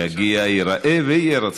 יגיע, ייראה וירצה.